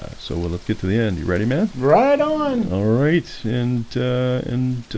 ah so but let's get to the end you ready man right on all right and and